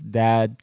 dad